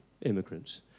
immigrants